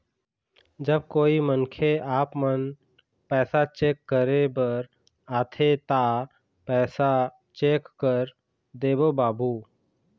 जब कोई मनखे आपमन पैसा चेक करे बर आथे ता पैसा चेक कर देबो बाबू?